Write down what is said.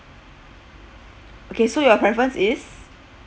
okay so your preference is